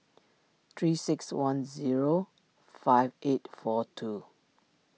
three six one zero five eight four two